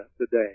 today